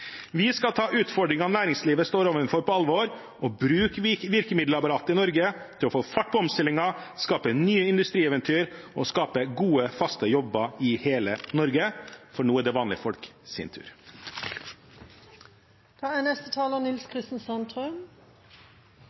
Vi skal ta utfordringene som næringslivet står overfor, på alvor og bruke virkemiddelapparatet i Norge til å få fart på omstillingen, skape nye industrieventyr og skape gode, faste jobber i hele Norge. For nå er det vanlige